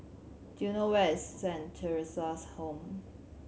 do you know where is Saint Theresa's Home